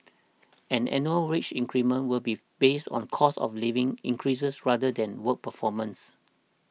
and annual wage increments will be based on cost of living increases rather than work performance